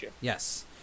yes